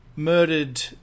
Murdered